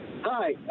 Hi